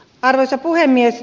arvoisa puhemies